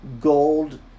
gold